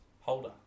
holder